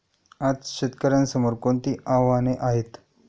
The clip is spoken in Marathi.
आज शेतकऱ्यांसमोर कोणती आव्हाने आहेत?